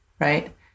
Right